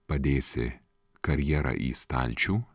padėsi karjera į stalčių